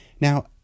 Now